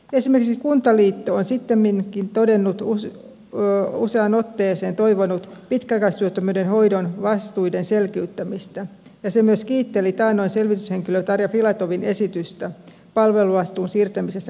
esimerkiksi kuntaliitto on sittemmin useaan otteeseen toivonut pitkäaikaistyöttömyyden hoidon vastuiden selkeyttämistä ja se myös kiitteli taannoin selvityshenkilö tarja filatovin esitystä palveluvastuun siirtämisestä kokonaisuudessaan kunnille